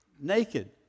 naked